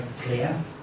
clear